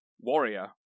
warrior